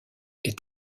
est